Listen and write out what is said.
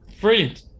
Brilliant